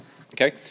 okay